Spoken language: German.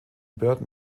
burton